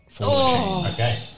Okay